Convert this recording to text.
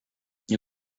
nie